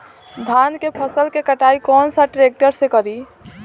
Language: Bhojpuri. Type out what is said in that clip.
धान के फसल के कटाई कौन सा ट्रैक्टर से करी?